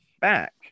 back